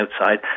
outside